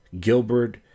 Gilbert